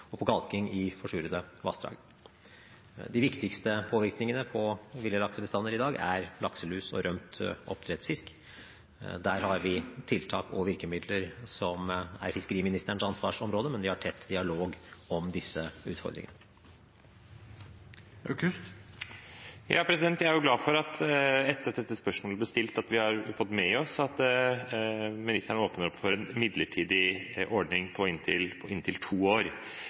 og på kalking i forsurede vassdrag. De viktigste påvirkningene på ville laksebestander i dag er lakselus og rømt oppdrettsfisk. Der har vi tiltak og virkemidler som er fiskeriministerens ansvarsområde, men vi har tett dialog om disse utfordringene. Jeg er glad for at vi etter at dette spørsmålet ble stilt, har fått med oss at ministeren åpner opp for en midlertidig ordning på inntil to år.